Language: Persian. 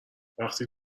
وقتی